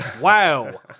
Wow